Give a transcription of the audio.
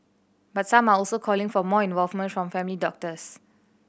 but some are also calling for more involvement from family doctors